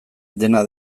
dena